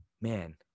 man